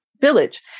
village